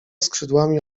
skrzydłami